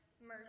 mercy